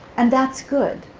and that's good.